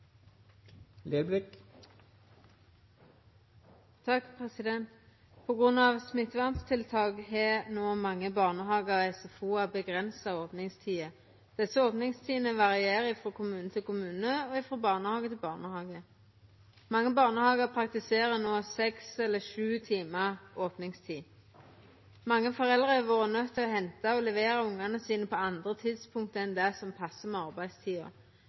smitteverntiltak har no mange barnehagar og SFO-ar avgrensa opningstider. Desse opningstidene varierer frå kommune til kommune og frå barnehage til barnehage. Mange barnehagar praktiserer no seks eller sju timar opningstid, og mange foreldre har vore nøydde til å henta og levera ungane sine på andre tidspunkt enn det som passar med arbeidstida.